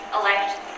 elect